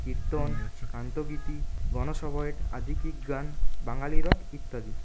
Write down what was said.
কীর্তন কান্তগীতি গণসঙ্গীত আধুনিক গান বাঙালি রক ইত্যাদি